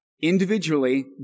individually